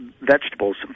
vegetables